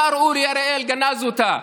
השר אורי אריאל גנז אותה,